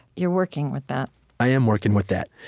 you're working with that i am working with that.